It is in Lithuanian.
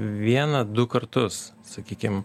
vieną du kartus sakykim